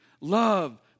love